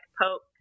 poke